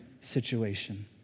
situation